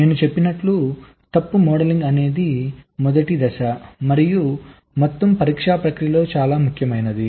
నేను చెప్పినట్లు తప్పు మోడలింగ్ అనేది మొదటి దశ మరియు మొత్తం పరీక్షా ప్రక్రియలో చాలా ముఖ్యమైనది